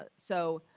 ah so,